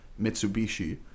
mitsubishi